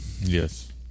yes